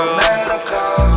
medical